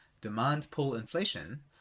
demand-pull-inflation